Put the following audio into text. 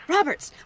Roberts